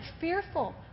fearful